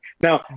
Now